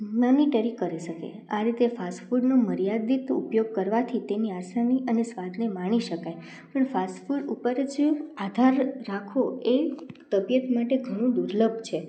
નનીટેરી કરી શકે આ રીતે ફાસ્ટફૂડનો મર્યાદિત ઉપયોગ કરવાથી તેની આસાની અને સ્વાદને માણી શકાય પણ ફાસ્ટફૂડ ઉપર જે આધાર રાખવો એ તબિયત માટે ઘણો દુર્લભ છે